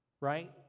right